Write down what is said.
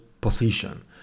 position